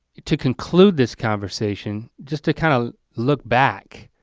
to conclude this conversation, just to kind of look back,